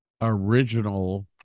original